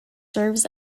serves